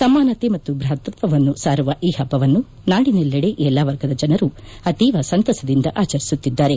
ಸಮಾನತೆ ಮತ್ತು ಭ್ರಾತೃತ್ವತ್ವವನ್ನು ಸಾರುವ ಈ ಹಬ್ಬವನ್ನು ನಾಡಿನೆಲ್ಲೆಡೆ ಎಲ್ಲಾ ವರ್ಗದ ಜನರು ಅತೀವ ಸಂತಸದಿಂದ ಆಚರಿಸುತ್ತಿದ್ದಾರೆ